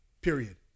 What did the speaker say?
period